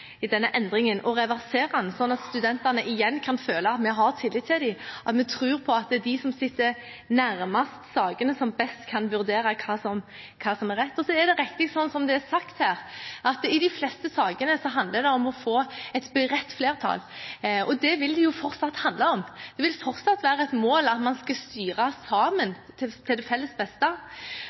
endringen og reversere den, slik at studentene igjen kan føle at vi har tillit til dem, at vi tror på at det er de som sitter nærmest sakene, som best kan vurdere hva som er rett. Så er det riktig, slik som det er sagt her, at i de fleste sakene handler det om å få et bredt flertall. Det vil det fortsatt handle om. Det vil fortsatt være et mål at man skal styre sammen, til det felles beste,